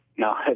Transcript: No